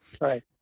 right